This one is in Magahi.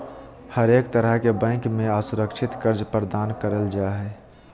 हरेक तरह के बैंक मे असुरक्षित कर्ज प्रदान करल जा हय